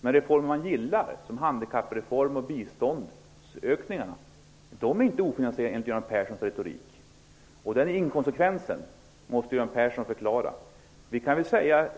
Men reformer som man gillar, t.ex. handikappreformen och biståndsökningarna, är inte ofinansierade enligt Göran Perssons retorik. Den inkonsekvensen måste Göran Persson förklara. Självfallet kan vi säga